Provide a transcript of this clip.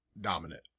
dominant